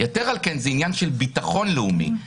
יתר על כן זה עניין של ביטחון לאומי.